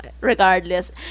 Regardless